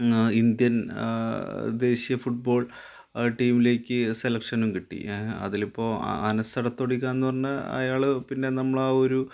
Indian ദേശിയ football ടീമിലേക്ക് സെലക്ഷനും കിട്ടി അതിലിപ്പോള് അനസെടത്തൊടികാന്ന് പറഞ്ഞ അയാള് പിന്നെ നമ്മളെ ഒരു